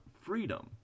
freedom